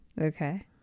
okay